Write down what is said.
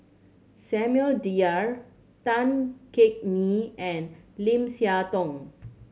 Samuel Dyer Tan Yeok Nee and Lim Siah Tong